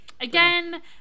again